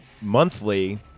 monthly-